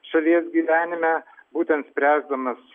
šalies gyvenime būtent spręsdamas